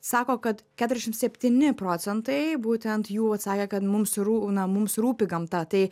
sako kad keturiasdešimt septyni procentai būtent jų atsakė kad mums rū na mums rūpi gamta tai